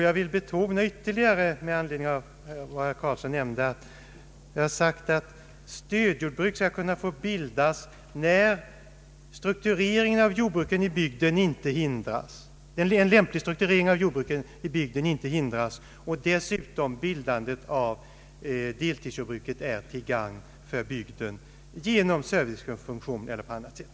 Jag vill betona ytterligare en sak med anledning av vad herr Göran Karlsson nämnde i sitt anförande. Jag har sagt att stödjordbruk bör kunna få bildas när struktureringen av jordbruken i bygden inte hindras och då dessutom bildandet av deltidsjordbruk är till gagn för bygden genom servicefunktion eller på annat sätt.